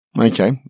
Okay